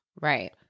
Right